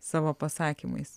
savo pasakymais